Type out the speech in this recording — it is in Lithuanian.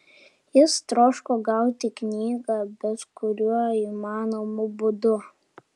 jis troško gauti knygą bet kuriuo įmanomu būdu